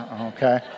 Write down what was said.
Okay